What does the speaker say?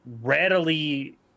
readily